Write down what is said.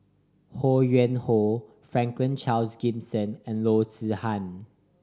Ho Yuen Hoe Franklin Charles Gimson and Loo Zihan